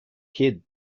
kid